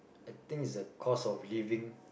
I think it's the cost of living